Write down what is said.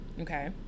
okay